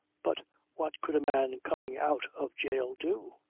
but what could a man coming out of jail do?